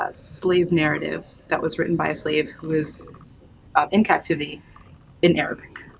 ah slave narrative that was written by a slave who was um in captivity in arabic.